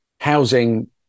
Housing